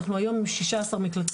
אנחנו היום עם שישה עשר מקלטים.